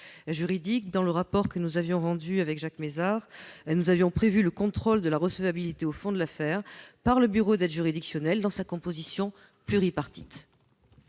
juridiques. Dans le rapport que Jacques Mézard et moi-même avions rendu, nous avions prévu le contrôle de la recevabilité au fond de l'affaire par le bureau d'aide juridictionnelle dans sa composition pluripartite.